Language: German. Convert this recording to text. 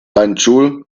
banjul